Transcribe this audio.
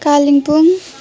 Kalimpong